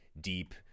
deep